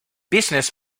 business